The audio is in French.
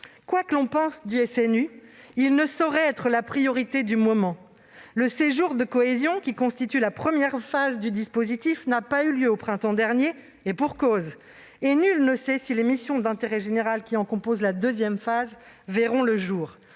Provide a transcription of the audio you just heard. Quoi que l'on pense du SNU, il ne saurait être la priorité du moment. Le séjour de cohésion, qui constitue la première phase du dispositif, n'a pas eu lieu au printemps dernier. Et pour cause ! Au reste, nul ne sait, si les missions d'intérêt général qui en composent la deuxième phase verront le jour,